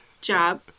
job